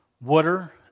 water